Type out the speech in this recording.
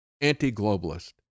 anti-globalist